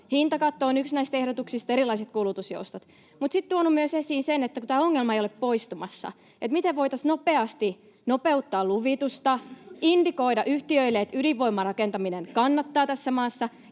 hintakatto on yksi näistä ehdotuksista ja erilaiset kulutusjoustot — mutta sitten tuonut myös esiin, että kun tämä ongelma ei ole poistumassa, miten voitaisiin nopeasti nopeuttaa luvitusta, indikoida yhtiöille, että ydinvoiman rakentaminen kannattaa tässä maassa,